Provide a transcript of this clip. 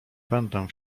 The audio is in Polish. pędem